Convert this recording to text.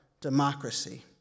democracy